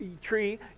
tree